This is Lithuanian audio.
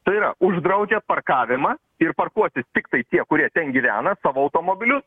tai yra uždraudžiat parkavimą ir parkuosis tiktai tie kurie ten gyvena savo automobiliu